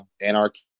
anarchy